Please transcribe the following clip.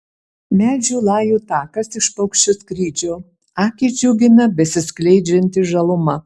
medžių lajų takas iš paukščio skrydžio akį džiugina besiskleidžianti žaluma